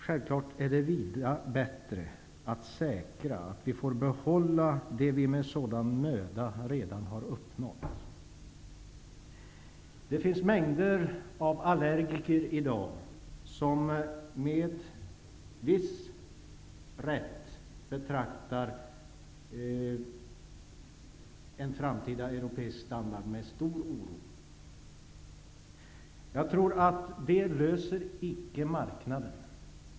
Självklart är det vida bättre att vi säkrar att vi får behålla det vi med sådan möda har uppnått. Det finns mängder av allergiker i dag som med viss rätt betraktar en framtida europeisk standard med stor oro. Deras problem löser icke marknaden.